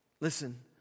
Listen